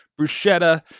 bruschetta